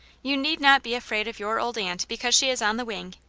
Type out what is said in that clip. you need not be afraid of your old aunt because she is on the wing.